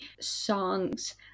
songs